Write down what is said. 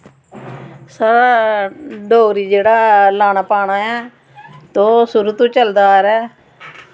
साढ़ै डोगरी जेह्ड़ा लाना पाना ऐं तो शुरू दा चलदा अवा'रदा ऐ